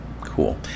Cool